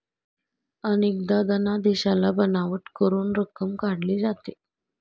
अनेकदा धनादेशाला बनावट करून रक्कम काढली जाते